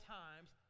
times